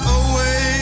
away